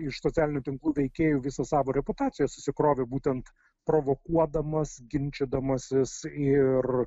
iš socialinių tinklų veikėjų visą savo reputaciją susikrovė būtent provokuodamas ginčydamasis ir